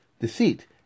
deceit